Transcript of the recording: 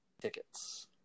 tickets